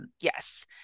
Yes